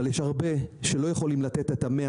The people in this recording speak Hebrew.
אבל יש הרבה שלא יכולים לתת את ה-100,